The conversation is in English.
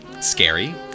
Scary